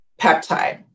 peptide